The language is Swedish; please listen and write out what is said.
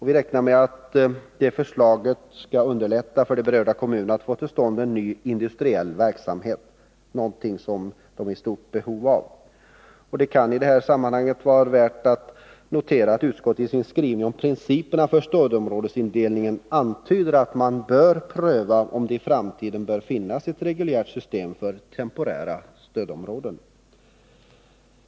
Vi räknar med att det förslaget skall underlätta för de berörda kommunerna att få till stånd en ny industriell verksamhet — någonting de verkligen är i stort behov av. Det kan i det här sammanhanget vara värt att notera att utskottet i sin skrivning om principerna för stödområdesindelningen antyder att man bör pröva om det i framtiden bör finnas ett reguljärt system med temporära stödområden.